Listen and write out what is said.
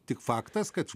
tik faktas kad